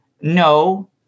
No